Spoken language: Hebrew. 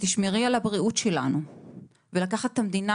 שתשמרי על הבריאות שלנו ולקחת את המדינה,